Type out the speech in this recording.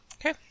Okay